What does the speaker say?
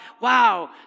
wow